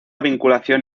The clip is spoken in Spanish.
vinculación